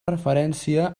referència